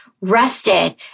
rested